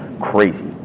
crazy